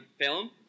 film